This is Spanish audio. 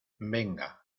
venga